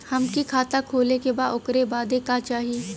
हमके खाता खोले के बा ओकरे बादे का चाही?